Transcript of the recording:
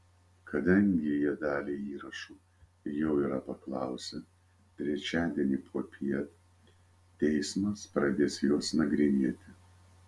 kadangi jie dalį įrašų jau yra paklausę trečiadienį popiet teismas pradės juos nagrinėti